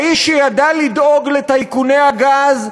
האיש שידע לדאוג לטייקוני הגז,